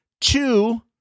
two